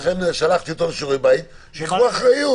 לכן שלחתי אותו לשיעורי בית, שייקחו אחריות.